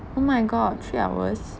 oh my god three hours